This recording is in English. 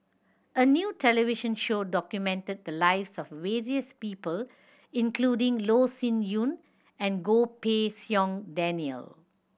a new television show documented the lives of various people including Loh Sin Yun and Goh Pei Siong Daniel